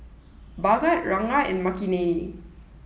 Bhagat Ranga and Makineni